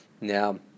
Now